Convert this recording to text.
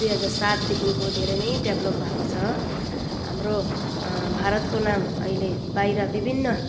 दुई हजार सातदेखिको धेरै नै डेभेलप भएको छ हाम्रो भारतको नाम अहिले बाहिर विभिन्न